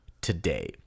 today